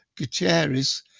Guterres